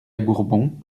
bourbon